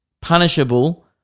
Punishable